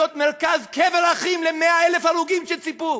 מרכז קבר אחים ל-100,000 הרוגים שציפו.